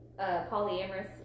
polyamorous